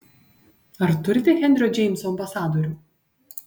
ar turite henrio džeimso ambasadorių